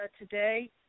today